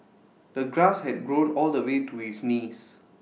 the grass had grown all the way to his knees